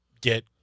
get